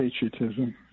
patriotism